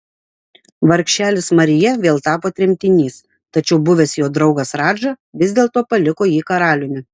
vargšelis marija vėl tapo tremtinys tačiau buvęs jo draugas radža vis dėlto paliko jį karaliumi